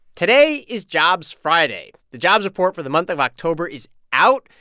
today is jobs friday. the jobs report for the month of october is out.